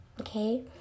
okay